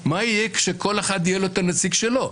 מה יהיה כאשר לכל אחד יהיה את הנציג שלו?